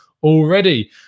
already